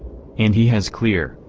and he has clear,